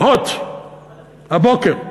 "הוט", הבוקר,